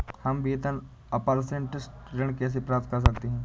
हम वेतन अपरेंटिस ऋण कैसे प्राप्त कर सकते हैं?